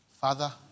Father